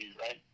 right